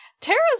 Tara's